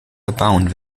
abound